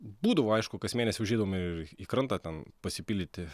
būdavo aišku kas mėnesį užeidavom ir į krantą ten pasipildyti